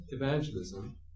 evangelism